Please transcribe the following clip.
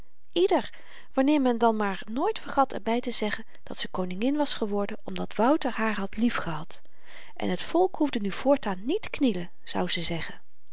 ieder wanneer men dan maar nooit vergat er by te zeggen dat ze koningin was geworden omdat wouter haar had liefgehad en t volk hoefde nu voortaan niet te knielen zou ze zeggen